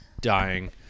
dying